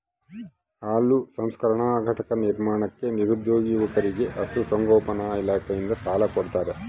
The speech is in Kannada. ಹಾಲು ಸಂಸ್ಕರಣಾ ಘಟಕ ನಿರ್ಮಾಣಕ್ಕೆ ನಿರುದ್ಯೋಗಿ ಯುವಕರಿಗೆ ಪಶುಸಂಗೋಪನಾ ಇಲಾಖೆಯಿಂದ ಸಾಲ ಕೊಡ್ತಾರ